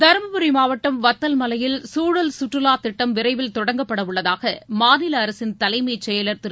தருமபுரி மாவட்டம் வத்தல்மலையில் சூழல் சுற்றுலா திட்டம் விரைவில் தொடங்கப்படவுள்ளதாக மாநில அரசின் தலைமைச் செயலர் திரு